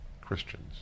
Christians